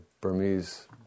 Burmese